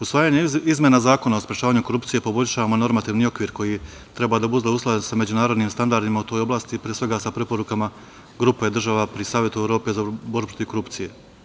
Usvajanjem izmena Zakona o sprečavanju korupcije poboljšavamo normativni okvir koji treba da bude usklađen međunarodnim standardima u toj oblasti, pre svega sa preporukama Grupe država pri Savetu Evrope za borbu protiv korupcije.